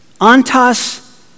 antas